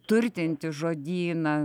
turtinti žodyną